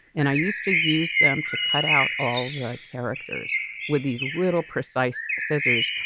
and i used to use them to cut out all the characters with these little precise scissors.